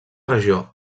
regió